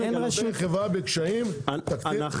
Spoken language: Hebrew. זה זמנים שלקחנו אותם שאבנו אותם משם,